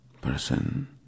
person